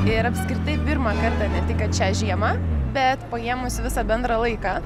ir apskritai pirmą kartą ne tik kad šią žiemą bet paėmus visą bendrą laiką